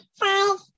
five